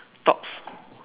thoughts